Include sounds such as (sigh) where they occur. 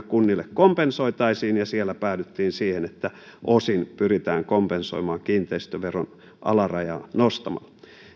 (unintelligible) kunnille kompensoitaisiin ja siellä päädyttiin siihen että osin pyritään kompensoimaan kiinteistöveron alarajaa nostamalla